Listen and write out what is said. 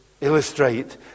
illustrate